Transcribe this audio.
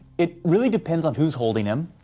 it really depends on who's holding him.